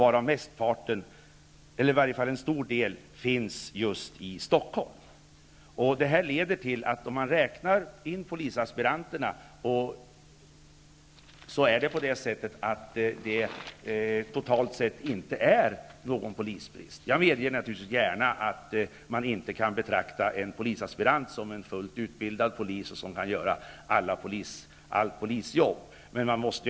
En stor del av dem finns just i När man alltså räknar in polisaspiranterna, är det totalt sett inte någon polisbrist. Jag medger naturligtvis gärna att man inte kan betrakta en polisaspirant som en fullt utbildad polis som kan utföra allt polisarbete.